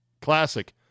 Classic